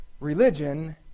religion